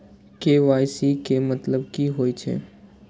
KYC के मतलब की होई छै?